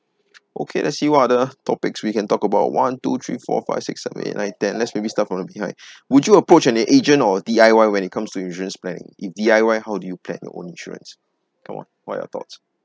okay let's see what other topics we can talk about one two three four five six seven eight nine ten let's maybe start from the behind would you approach an agent or D_I_Y when it comes to insurance planning if D_I_Y how do you plan your own insurance oh what are your thoughts